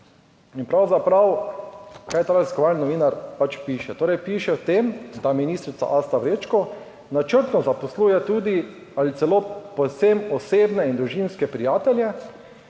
In pravzaprav kaj ta raziskovalni novinar pač piše, torej piše o tem, da ministrica Asta Vrečko načrtno zaposluje tudi ali celo povsem osebne in družinske prijatelje